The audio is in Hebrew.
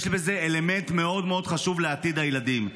יש בזה אלמנט מאוד מאוד חשוב לעתיד הילדים.